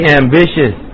ambitious